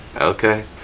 okay